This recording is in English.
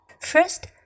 First